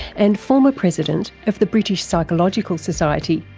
and former president of the british psychological society.